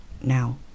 Now